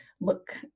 look